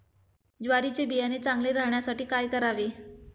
ज्वारीचे बियाणे चांगले राहण्यासाठी काय करावे?